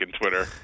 Twitter